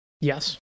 Yes